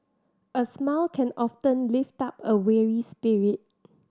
a smile can often lift up a weary spirit